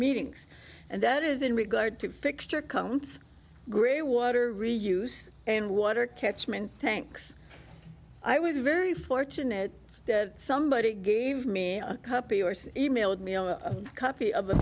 meetings and that is in regard to fixture comes greywater reuse and water catchment tanks i was very fortunate that somebody gave me a couple yours mailed me a copy of